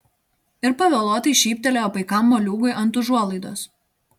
ir pavėluotai šyptelėjo paikam moliūgui ant užuolaidos